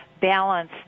balance